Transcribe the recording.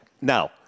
Now